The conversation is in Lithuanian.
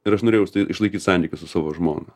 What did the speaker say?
ir aš norėjau išlaikyt santykius su savo žmona